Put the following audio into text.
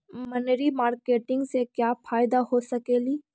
मनरी मारकेटिग से क्या फायदा हो सकेली?